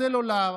סלולר,